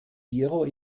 giro